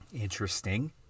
Interesting